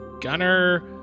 Gunner